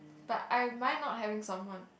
but I might not having someone